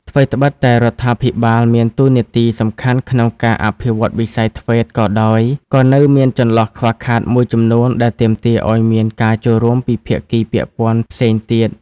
ថ្វីដ្បិតតែរដ្ឋាភិបាលមានតួនាទីសំខាន់ក្នុងការអភិវឌ្ឍវិស័យ ធ្វេត TVET ក៏ដោយ ក៏នៅមានចន្លោះខ្វះខាតមួយចំនួនដែលទាមទារឱ្យមានការចូលរួមពីភាគីពាក់ព័ន្ធផ្សេងទៀត។